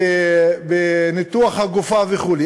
של ניתוח הגופה וכו'.